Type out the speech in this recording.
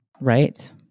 Right